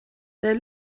they